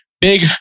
big